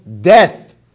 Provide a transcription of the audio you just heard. death